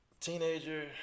Teenager